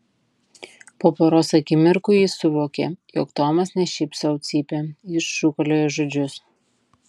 po poros akimirkų jis suvokė jog tomas ne šiaip sau cypia jis šūkalioja žodžius